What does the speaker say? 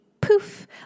poof